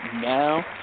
now